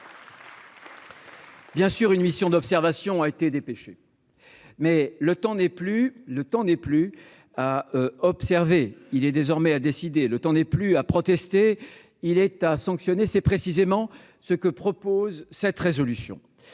Bien sûr, une mission d'observation a été dépêchée, mais le temps n'est plus à observer : il est désormais à décider ; le temps n'est plus à protester : il est à sanctionner, et c'est précisément ce que nous proposons par cette résolution,